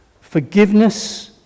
forgiveness